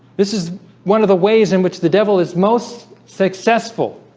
this is one of the ways in which the devil is most successful